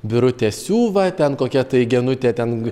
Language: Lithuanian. birutė siuva ten kokia tai genutė ten